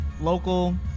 local